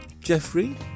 Jeffrey